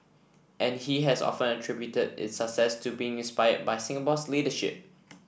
and he has often attributed its success to being inspired by Singapore's leadership